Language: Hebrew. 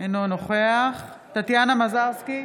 אינו נוכח טטיאנה מזרסקי,